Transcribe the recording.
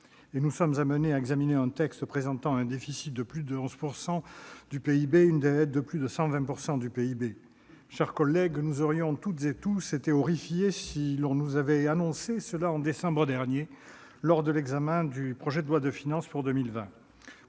nous sommes amenés à examiner un texte présentant un déficit de plus de 11 % du PIB et une dette de plus de 120 % du PIB. Mes chers collègues, nous aurions tous été horrifiés, si l'on nous avait annoncé cela au mois de décembre dernier, lors de l'examen du projet de loi de finances initial pour 2020